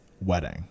wedding